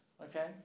okay